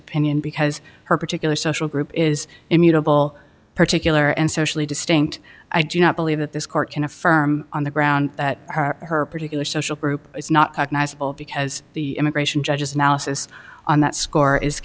opinion because her particular social group is immutable particular and socially distinct i do not believe that this court can affirm on the ground that her particular social group is not because the immigration judges analysis on that score is